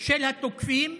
של התוקפים,